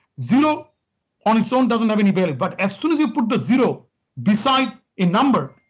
zero on its own doesn't have any value, but as soon as you put the zero beside a number,